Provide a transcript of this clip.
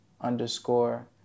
underscore